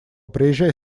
приезжай